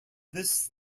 this